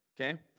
Okay